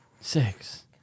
Six